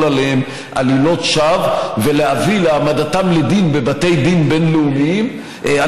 עליהם עלילות שווא ולהביא להעמדתם לדין בבתי דין בין-לאומיים על